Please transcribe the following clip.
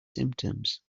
symptoms